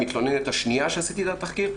המתלוננת השנייה שעשיתי עליה את התחקיר,